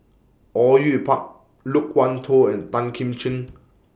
Au Yue Pak Loke Wan Tho and Tan Kim Ching